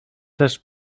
też